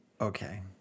Okay